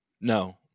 no